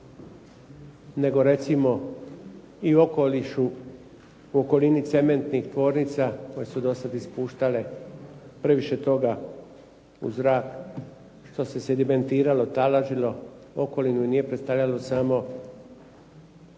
nego recimo i okolišu, okolini cementnih tvornica koje su dosad ispuštale previše toga u zrak što se sedimentiralo, taložilo u okolinu, nije predstavljalo samo